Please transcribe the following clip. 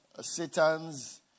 Satan's